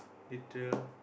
little